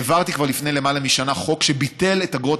העברתי כבר לפני למעלה משנה חוק שביטל את אגרות